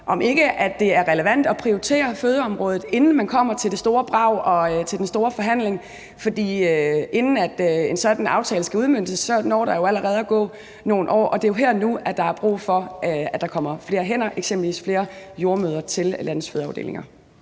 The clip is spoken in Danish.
om ikke det er relevant at prioritere fødeområdet, inden man kommer til det store brag og til den store forhandling. For inden en sådan aftale skal udmøntes, når der jo allerede at gå nogle år, og det er her og nu, at der er brug for, at der kommer flere hænder, eksempelvis flere jordemødre til landets fødeafdelinger.